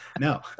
no